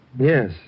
Yes